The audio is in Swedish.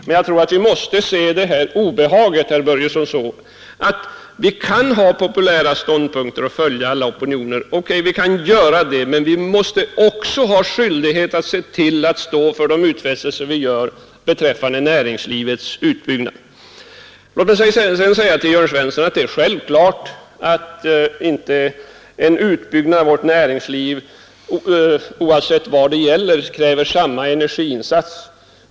Men, herr Börjesson, även om man i en obehaglig situation vill inta populära ståndpunkter och följa alla opinioner så måste man ändå komma ihåg att vi är skyldiga att stå för de utfästelser vi gör beträffande näringslivets utbyggnad. Låt mig sedan säga till Jörn Svensson att det är självklart att en utbyggnad av vårt näringsliv inte kräver samma energiinsats oavsett vad det gäller.